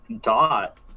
Dot